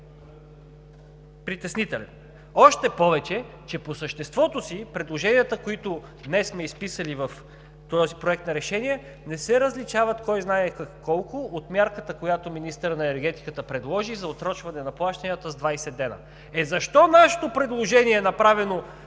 притеснителен. Още повече, че по съществото си предложенията, които днес сме изписали в този проект на решение, не се различават кой знае колко от мярката, която министърът на енергетиката предложи за отсрочване на плащанията с 20 дни. Е, защо нашето предложение, направено